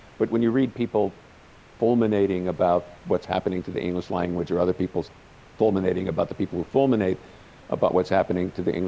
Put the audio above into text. but when you read people fulminating about what's happening to the english language or other people fulminating about the people who fulminate about what's happening to the